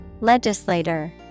Legislator